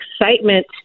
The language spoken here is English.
excitement